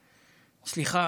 סליחה,